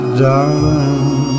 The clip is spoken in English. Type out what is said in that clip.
darling